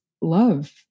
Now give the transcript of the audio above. love